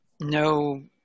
no